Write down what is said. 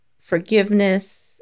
forgiveness